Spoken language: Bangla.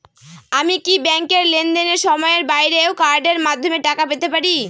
আমি কি ব্যাংকের লেনদেনের সময়ের বাইরেও কার্ডের মাধ্যমে টাকা পেতে পারি?